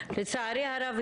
לצערי הרב,